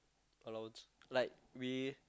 allowance like we